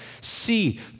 see